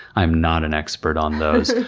i'm not an expert on those,